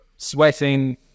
sweating